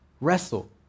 Wrestle